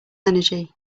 energy